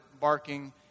barking